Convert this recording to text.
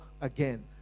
again